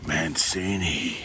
Mancini